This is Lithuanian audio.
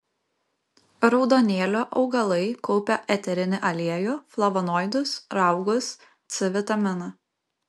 raudonėlio augalai kaupia eterinį aliejų flavonoidus raugus c vitaminą